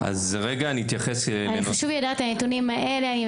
אפשר לברר אותו עכשיו.) אני אתן לכם את הנתון המדויק,